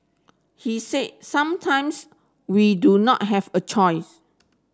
he said sometimes we do not have a choice